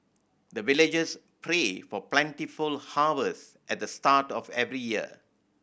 the villagers pray for plentiful harvest at the start of every year